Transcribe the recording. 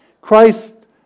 Christ